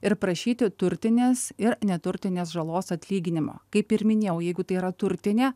ir prašyti turtinės ir neturtinės žalos atlyginimo kaip ir minėjau jeigu tai yra turtinė